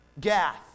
Gath